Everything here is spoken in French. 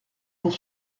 pour